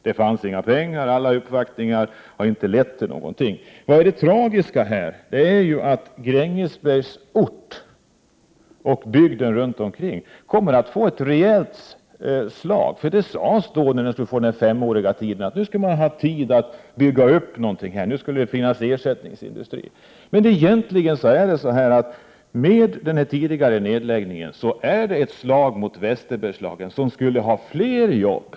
Det fanns inga pengar. Uppvaktningarna har inte lett till något. Det tragiska är att orten Grängesberg och bygden runt om kommer att få ett rejält slag. När Grängesberg lovades en femårig nådatid sades det att Grängesberg då skulle ha tid att bygga upp något och att ersättningsindustri skulle skapas. Men detta tillsammans med den tidigare nedläggningen innebär ett slag mot Västerbergslagen som ju skulle ha fått fler jobb.